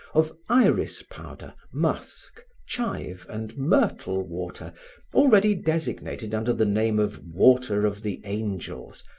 of iris powder, musk, chive and myrtle water already designated under the name of water of the angels,